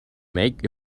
make